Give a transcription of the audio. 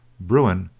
bruin,